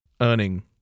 earning